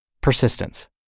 persistence